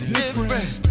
different